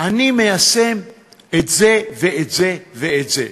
אני מיישם את זה ואת זה, ואת זה.